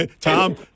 Tom